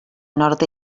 nord